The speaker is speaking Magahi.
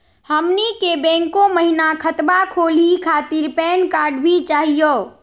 हमनी के बैंको महिना खतवा खोलही खातीर पैन कार्ड भी चाहियो?